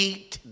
Eat